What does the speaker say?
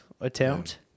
attempt